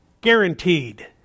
Guaranteed